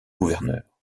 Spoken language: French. gouverneur